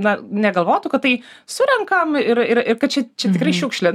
na negalvotų kad tai surenkam ir ir ir kad čia čia tikrai šiukšlė